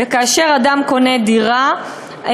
וכאשר אדם קונה דירה,